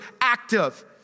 active